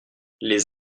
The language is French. les